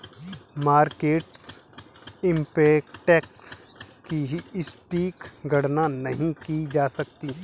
market impact की सटीक गणना नहीं की जा सकती